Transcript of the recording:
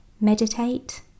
Meditate